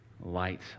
light